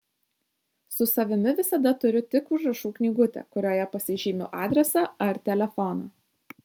su savimi visada turiu tik užrašų knygutę kurioje pasižymiu adresą ar telefoną